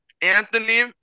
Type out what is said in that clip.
Anthony